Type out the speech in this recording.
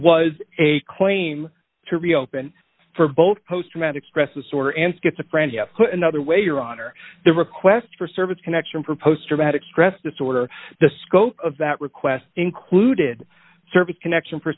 was a claim to reopen for both post traumatic stress disorder and schizophrenia put another way your honor the request for service connection for post traumatic stress disorder the scope of that request included service connection for